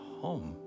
home